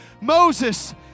Moses